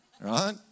right